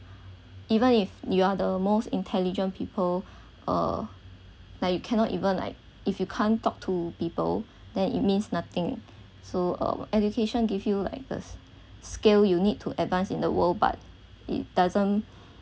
even if you are the most intelligent people uh like you cannot even like if you can't talk to people then it means nothing so uh education give you like the scale you need to advance in the world but it doesn't